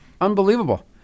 Unbelievable